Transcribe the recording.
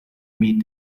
meet